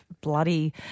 bloody